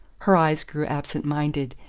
her eyes grew absent-minded,